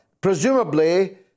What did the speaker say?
presumably